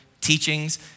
teachings